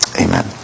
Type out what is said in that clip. amen